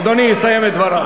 אדוני יסיים את דבריו.